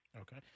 Okay